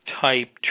type